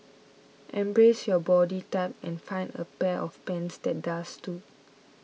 embrace your body type and find a pair of pants that does too